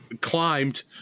Climbed